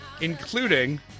including